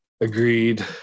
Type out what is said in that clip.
agreed